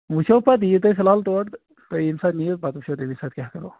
وٕچھو پَتہٕ یِیِو تُہۍ فِلحال تورٕ تہٕ تُہۍ ییٚمہِ ساتہٕ نِیِو پَتہٕ وٕچھو تَمی ساتہٕ کیٛاہ کَرو